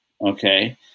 Okay